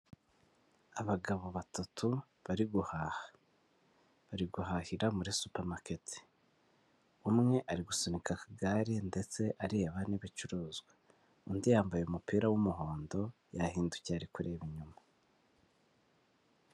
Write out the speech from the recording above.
Abagabo batatu bari guhaha bari guhahira muri supamaketi umwe ari gusunika igare ndetse areba n'ibicuruzwa undi yambaye umupira w'umuhondo yahindukiye ari kureba inyuma.